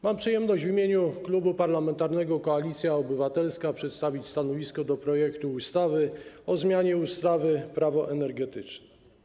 Mam przyjemność w imieniu Klubu Parlamentarnego Koalicja Obywatelska przedstawić stanowisko wobec projektu ustawy o zmianie ustawy - Prawo energetyczne.